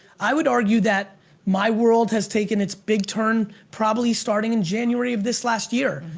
i would argue that my world has taken its big turn probably starting in january of this last year.